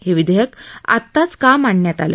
हे विधेयक आताच का मांडण्यात आलं